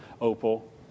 opal